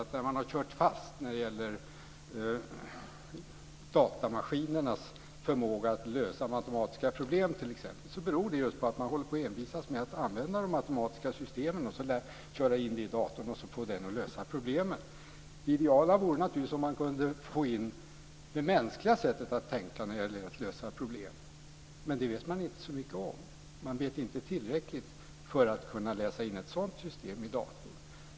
När man har kört fast när det gäller datorernas förmåga att lösa matematiska problem beror det på att man envisas med att låta datorn använda de matematiska systemen för att lösa problemen. Det ideala vore om man kunde få in det mänskliga sättet att tänka för att lösa problem, men det vet man inte så mycket om. Man vet inte tillräckligt för att kunna föra in ett sådant system i datorn.